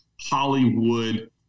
Hollywood